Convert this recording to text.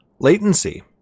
latency